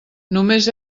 només